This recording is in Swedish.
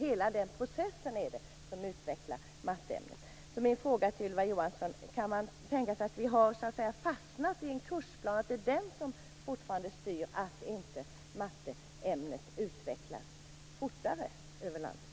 Hela den processen utvecklar matteämnet. Min fråga till Ylva Johansson är alltså: Kan man tänka sig att vi så att säga har fastnat i en kursplan, och att det är den som fortfarande styr så att inte matteämnet utvecklas fortare över landet?